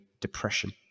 depression